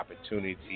opportunity